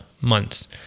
months